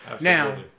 Now